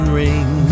ring